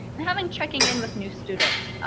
and having checking in with new students.